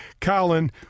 Colin